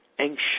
anxious